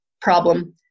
problem